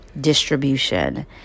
distribution